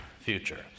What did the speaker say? future